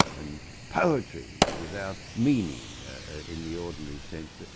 and poetry without meaning in the ordinary sense.